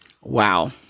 Wow